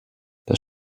das